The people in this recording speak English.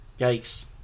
yikes